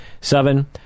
Seven